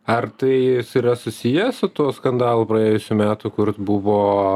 ar tais yra susiję su to skandalu praėjusių metų kur buvo